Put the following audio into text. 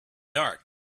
dark